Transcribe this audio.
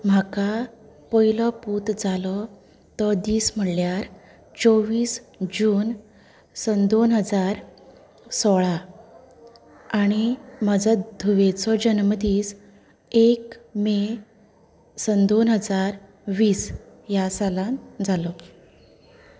म्हाका पयलो पूत जालो तो दिस म्हणल्यार चोवीस जून सन दोन हजार सोळा आनी म्हजो धुवेचो जन्मदिस एक मे सन दोन हजार वीस ह्या सालांत जालो